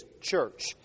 church